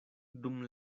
dum